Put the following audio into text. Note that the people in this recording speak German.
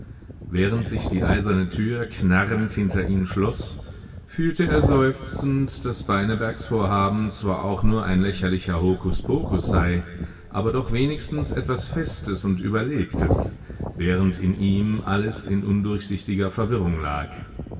während sich die eiserne tür knarrend hinter ihnen schloß fühlte er seufzend daß beinebergs vorhaben zwar auch nur ein lächerlicher hokuspokus sei aber doch wenigstens etwas festes und überlegtes während in ihm alles in undurchsichtiger verwirrung lag